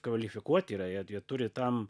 kvalifikuoti yra jie jie turi tam